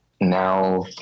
now